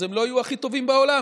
אז הן לא יהיו הכי טובות בעולם,